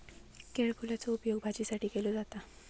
केळफुलाचो उपयोग भाजीसाठी केलो जाता